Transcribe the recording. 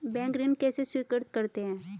Bank ऋण कैसे स्वीकृत करते हैं?